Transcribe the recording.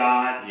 God